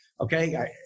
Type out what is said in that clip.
okay